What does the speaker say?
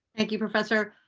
thank you, professor.